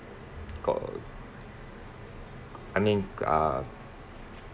got I mean ah